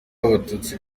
abatutsi